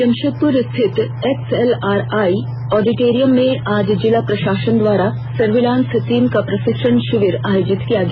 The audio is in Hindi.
जमषेदपुर स्थित एक्सएलआरआई ऑडिटोरियम में आज जिला प्रशासन द्वारा सर्विलांस टीम का प्रशिक्षण शिविर आयोजित किया गया